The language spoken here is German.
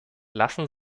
lassen